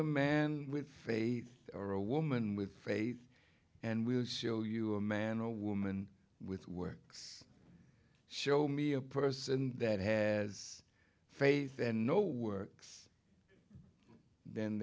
a man with faith or a woman with faith and we'll show you a man or woman with works show me a person that has faith and know works then